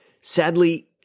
Sadly